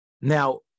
Now